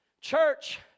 Church